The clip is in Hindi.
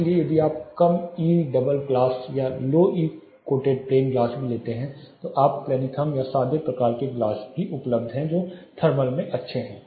इसलिए यदि आप कम ई डबल ग्लास या low E coated plain glass भी लेते हैं तो ओ प्लैनिथर्म या सादे प्रकार के ग्लास भी उपलब्ध हैं जो थर्मल में अच्छे हैं